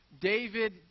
David